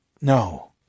No